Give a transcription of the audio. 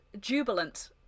jubilant